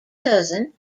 cousin